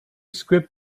script